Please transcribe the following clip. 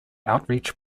outreach